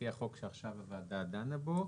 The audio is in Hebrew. לפי החוק שעכשיו הוועדה דנה בו,